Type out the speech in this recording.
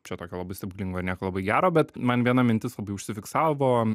čia tokio labai stebuklingo nieko labai gero bet man viena mintis labai užsifiksavo